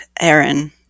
Aaron